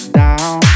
down